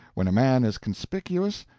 when a man is conspicuous,